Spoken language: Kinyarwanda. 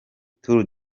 tour